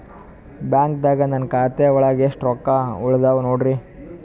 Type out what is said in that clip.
ಬ್ಯಾಂಕ್ದಾಗ ನನ್ ಖಾತೆ ಒಳಗೆ ಎಷ್ಟ್ ರೊಕ್ಕ ಉಳದಾವ ನೋಡ್ರಿ?